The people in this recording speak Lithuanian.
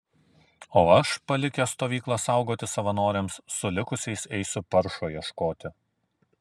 o aš palikęs stovyklą saugoti savanoriams su likusiais eisiu paršo ieškoti